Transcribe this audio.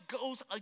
goes